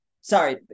sorry